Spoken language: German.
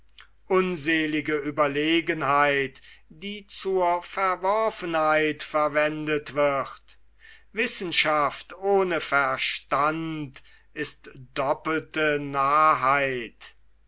überlegenheit die zur verworfenheit verwendet wird wissenschaft ohne verstand ist doppelte narrheit